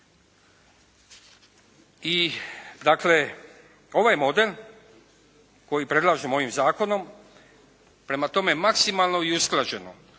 I dakle ovaj model koji predlažemo ovim zakonom, prema tome maksimalno i usklađeno